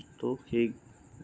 আৰু সেই